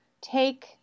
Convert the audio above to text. take